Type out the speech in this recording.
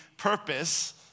Purpose